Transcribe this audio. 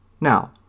Now